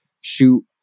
shoot